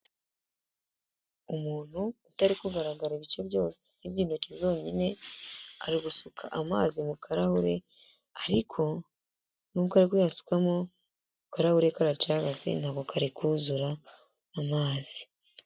Umuntu utari kugaragara ibice byose usibye intoki zonyine, ari gusuka amazi mu karahuri ariko nubwo arikuyasukamo akarabure karacagase ntabwo kari kuzura amazi.